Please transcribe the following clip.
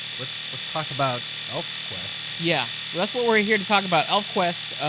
let's let's talk about elfquest. yeah, well that's what we're here to talk about. elfquest,